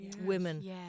women